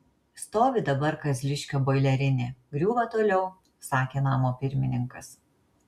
stovi dabar kazliškio boilerinė griūva toliau sakė namo pirmininkas